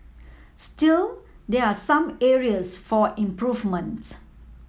still there are some areas for improvement